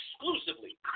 exclusively